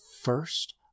first